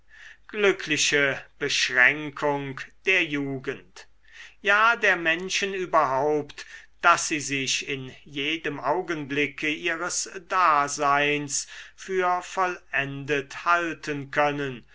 glückliche beschränkung der jugend ja der menschen überhaupt daß sie sich in jedem augenblicke ihres daseins für vollendet halten können